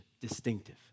distinctive